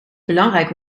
belangrijk